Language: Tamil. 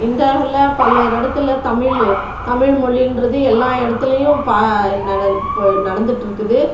இந்தியாவில் பல்வேறு இடத்துல தமிழ் தமிழ்மொழின்றது எல்லா இடத்துலையும் ப நடந் இப்போது நடந்துகிட்டுருக்குது